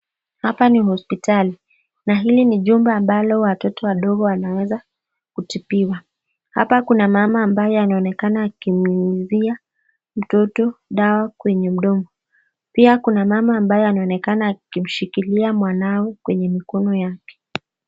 Hapa ni hospitali na hili ni jumba ambalo watoto wadogo wanaeza kutibiwa. Hapa kuna mama ambaye anaonekana akimnyunyizia mtoto dawa kwenye mdomo. Pia kuna mama ambaye anaonekana akimshikilia mwanawe kwenye mkono yake.